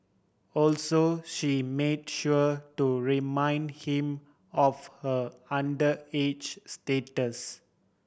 also she made sure to remind him of her underage status